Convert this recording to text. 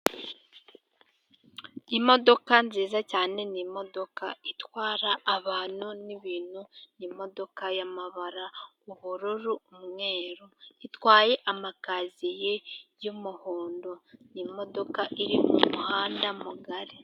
Imodoka nziza cyane ni imodoka itwara abantu n'ibintu, ni imodoka y'amabara y'ubururu n'umweru itwaye amakaziye y'umuhondo, ni imodoka iri ku muhanda mugari.